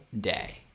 day